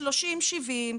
70%-30%,